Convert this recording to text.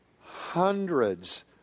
hundreds